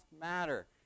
matter